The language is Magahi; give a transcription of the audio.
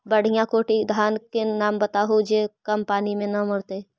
बढ़िया कोटि के धान के नाम बताहु जो कम पानी में न मरतइ?